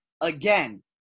again